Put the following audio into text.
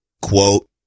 Quote